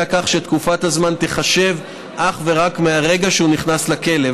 כך שתקופת הזמן תיחשב אך ורק מהרגע שהוא נכנס לכלא,